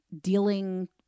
dealing